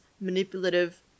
manipulative